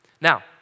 Now